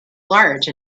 large